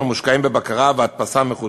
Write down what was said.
המושקעים בבקרה והדפסה מחודשת.